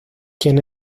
quien